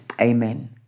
Amen